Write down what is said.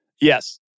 Yes